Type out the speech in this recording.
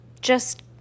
Just